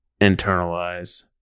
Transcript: internalize